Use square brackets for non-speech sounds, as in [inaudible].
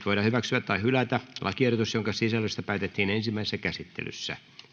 [unintelligible] voidaan hyväksyä tai hylätä lakiehdotus jonka sisällöstä päätettiin ensimmäisessä käsittelyssä